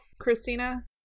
Christina